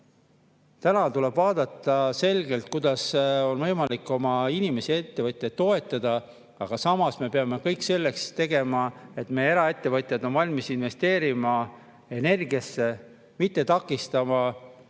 Täna tuleb selgelt vaadata, kuidas on võimalik oma inimesi ja ettevõtjaid toetada, aga samas me peame kõik selleks tegema, et meie eraettevõtjad oleks valmis investeerima energiasse, mitte takistama